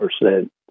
percent